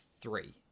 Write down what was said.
three